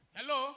Hello